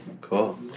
cool